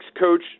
coach